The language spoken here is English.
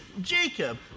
Jacob